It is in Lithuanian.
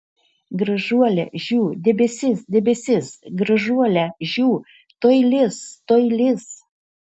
gražuole žiū debesis debesis gražuole žiū tuoj lis tuoj lis